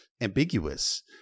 ambiguous